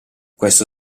questo